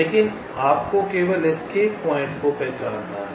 लेकिन आपको केवल एस्केप पॉइंट को पहचानना है